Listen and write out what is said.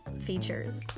features